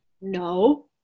No